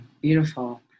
beautiful